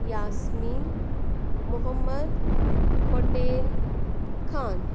Yasmin Mohammed Patel Khan